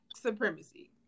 supremacy